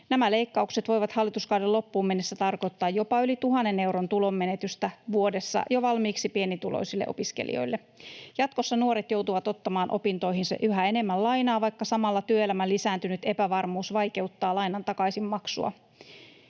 Nämä leikkaukset voivat hallituskauden loppuun mennessä tarkoittaa jopa yli 1 000 euron tulonmenetystä vuodessa jo valmiiksi pienituloisille opiskelijoille. Jatkossa nuoret joutuvat ottamaan opintoihinsa yhä enemmän lainaa, vaikka samalla työelämän lisääntynyt epävarmuus vaikeuttaa lainan takaisinmaksua.